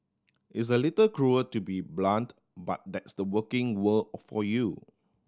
it's a little cruel to be blunt but that's the working world for you